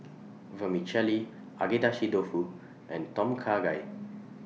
Vermicelli Agedashi Dofu and Tom Kha Gai